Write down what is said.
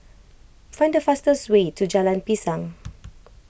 find the fastest way to Jalan Pisang